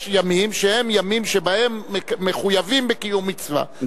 יש ימים שהם ימים שבהם מחויבים בקיום מצווה,